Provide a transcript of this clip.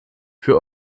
für